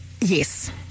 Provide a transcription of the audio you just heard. yes